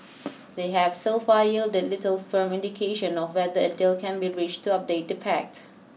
they have so far yielded little firm indication of whether a deal can be reached to update the pact